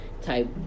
type